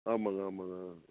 ஆமாங்க ஆமாங்க